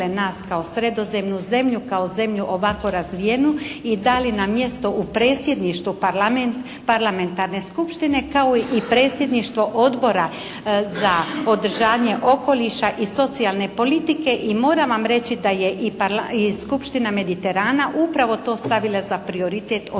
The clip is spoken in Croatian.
nas kao Sredozemnu zemlju, kao zemlju ovako razvijenu i dali nam mjesto u predsjedništvu Parlamentarne skupštine kao i predsjedništvo Odbora za održanje okoliša i socijalne politike. I moram vam reći da je i Skupština Mediterana upravo to stavila za prioritet očuvanje